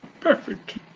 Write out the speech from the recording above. Perfect